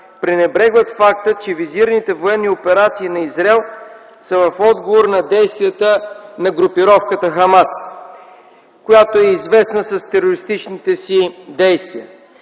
пренебрегват факта, че визираните военни операции на Израел са в отговор на действията на групировката ХАМАС, която е известна с терористичните си действия.